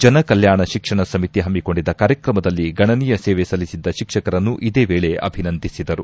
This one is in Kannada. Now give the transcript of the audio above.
ಜನ ಕಲ್ಲಾಣ ಶಿಕ್ಷಣ ಸಮಿತಿ ಹಮ್ಸಿಕೊಂಡಿದ್ದ ಕಾರ್ಯಕ್ರಮದಲ್ಲಿ ಗಣನೀಯ ಸೇವೆ ಸಲ್ಲಿಸಿದ್ದ ಶಿಕ್ಷಕರನ್ನು ಇದೇ ವೇಳೆ ಅಭಿನಂದಿಸಿದರು